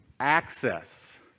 access